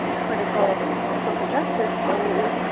critical social justice always,